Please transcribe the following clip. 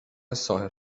صاحب